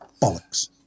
Bollocks